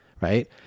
right